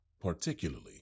Particularly